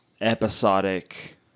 episodic